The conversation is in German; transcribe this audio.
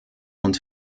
und